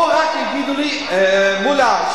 מולה,